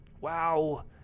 wow